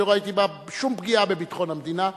אני לא ראיתי בה שום פגיעה בביטחון המדינה,